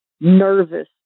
nervous